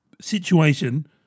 situation